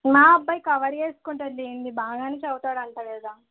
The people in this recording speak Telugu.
మా అబ్బాయి కవర్ చేసుకుంటాడులేండి బాగా చదవతాడు అంట కదా